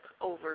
over